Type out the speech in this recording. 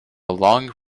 long